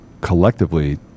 collectively